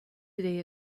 today